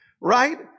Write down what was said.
right